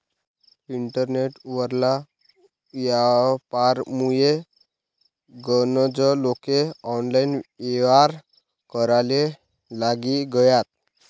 internet वरला यापारमुये गनज लोके ऑनलाईन येव्हार कराले लागी गयात